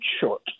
short